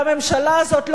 והממשלה הזאת,